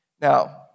Now